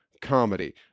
Comedy